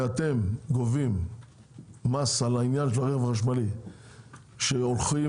אתם גובים מס על הרכבים החשמליים שהמספרים שלהם הולכים